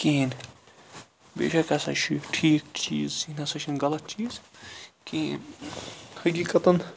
کِہیٖنۍ بیشَک ہَسا چھُ یہِ ٹھیٖک چیٖز یہِ نَسا چھُنہٕ غَلَط چیٖز کِہیٖنۍ حَقیقَتاً